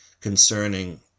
concerning